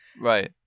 Right